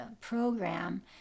program